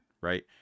right